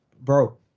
bro